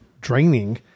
draining